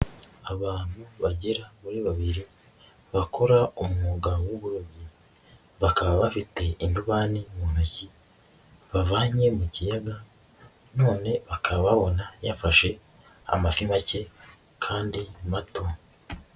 Abantu bagera kuri babiri bakora umwuga w'uburobyi, bakaba bafite ingubani mu ntoki bavanye mu kiyaga none bakaba babona yafashe amafi make kandi mato.